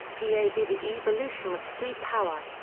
p. a. b. the evolution of sea-power.